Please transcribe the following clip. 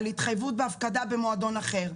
על התחייבות והפקדה במועדון אחר.